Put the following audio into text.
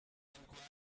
enquire